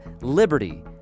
liberty